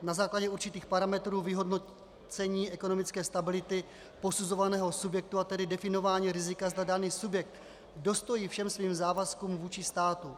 Na základě určitých parametrů vyhodnocení ekonomické stability posuzovaného subjektu, a tedy definování rizika, zda daný subjekt dostojí všem svým závazkům vůči státu.